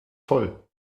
voll